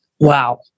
Wow